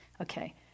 Okay